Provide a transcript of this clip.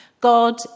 God